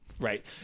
right